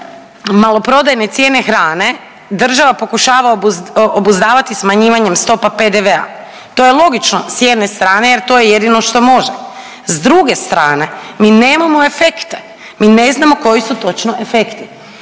da maloprodajne cijene hrane država pokušava obuzdavati smanjivanjem stopa PDV-a, to je logično s jedne strane jer to je jedino što može. S druge strane mi nemamo efekte, mi ne znamo koji su točno efekti,